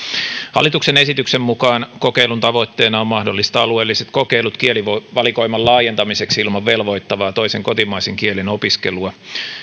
hallituksen esityksen mukaan kokeilun tavoitteena on mahdollistaa alueelliset kokeilut kielivalikoiman laajentamiseksi ilman velvoittavaa toisen kotimaisen kielen opiskelua